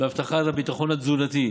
בהבטחת הביטחון התזונתי,